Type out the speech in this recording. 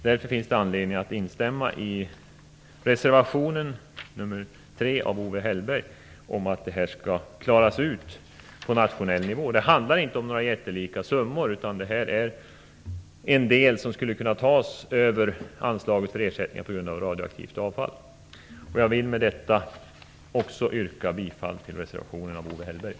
Därför finns det anledning att instämma i reservation nr 3 av Owe Hellberg om att det här skall klaras av på nationell nivå. Det handlar inte om några jättelika summor. Det skulle kunna klaras av genom anslaget för ersättning på grund av radioaktivt avfall. Med det anförda vill jag yrka bifall till Owe Hellbergs reservation.